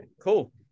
cool